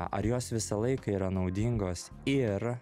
ar jos visą laiką yra naudingos ir